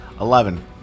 Eleven